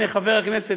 הנה, חבר הכנסת